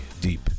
deep